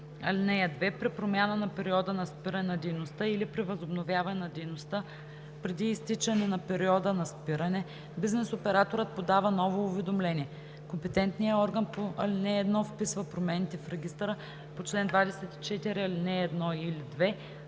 спиране. (2) При промяна на периода на спиране на дейността или при възобновяване на дейността преди изтичане на периода на спиране, бизнес операторът подава ново уведомление. Компетентният орган по ал. 1 вписва промените в регистъра по чл. 24, ал. 1 или 2 в срок до три